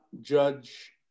judge